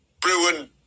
Bruin